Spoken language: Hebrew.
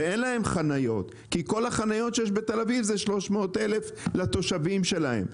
ואין להם חניות כי כל החניות שיש בתל אביב זה 300,000 לתושבים שלהם,